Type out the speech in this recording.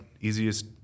easiest